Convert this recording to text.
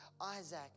Isaac